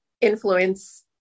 influence